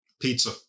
Pizza